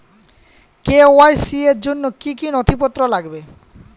KYC র জন্য কি কি নথিপত্র লাগবে?